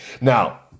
Now